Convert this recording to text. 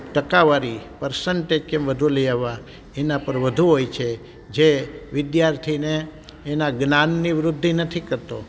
ટકાવારી પર્સન્ટેજ કેમ વધુ લઈ આવવા એના પર વધુ હોય છે જે વિદ્યાર્થીને એના જ્ઞાનની વૃદ્ધિ નથી કરતો